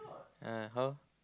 yeah how